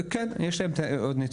כן יש להם עוד נתונים.